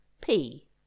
P